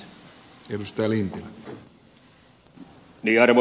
arvoisa herra puhemies